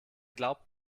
glaubt